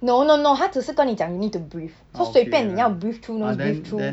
no no no 他只是跟你讲 you need to breathe so 随便你要 breathe through nose breathe through